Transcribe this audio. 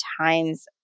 times